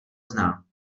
zná